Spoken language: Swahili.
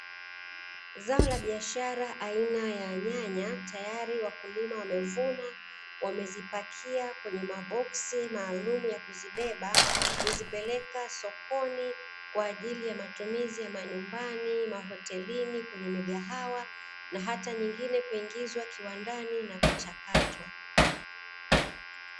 Zao la biashara aina ya nyanya tayari wakulima wamevuna na kuzipakia katika maboksi maalumu na kuzibeba na kuzipeleka sokoni kwa ajili ya matumizi ya nyumbani, mahotelini, migahawa na nyingine kwa ajili kiwandani na kuchakata.